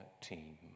team